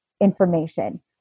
information